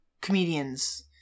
comedians